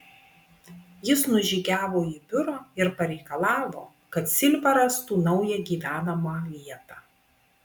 jis nužygiavo į biurą ir pareikalavo kad silva rastų naują gyvenamąją vietą